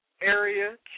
area